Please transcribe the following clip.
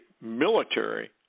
military